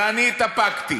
ואני התאפקתי